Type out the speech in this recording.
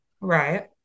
Right